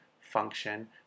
function